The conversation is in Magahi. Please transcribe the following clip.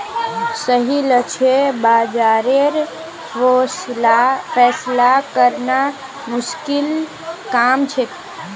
सही लक्ष्य बाज़ारेर फैसला करना मुश्किल काम छे